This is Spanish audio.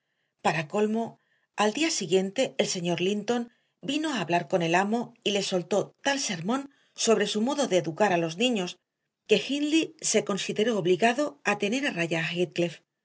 para colmo al día siguiente el señor linton vino a hablar con el amo y le soltó tal sermón sobre su modo de educar a los niños que hindley se consideró obligado a tener a raya